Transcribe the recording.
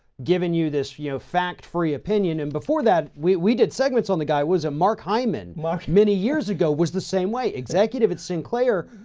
given you this you know fact free opinion and before that we we did segments on the guy, it was a mark hyman. mark. many years ago was the same way. executive at sinclair,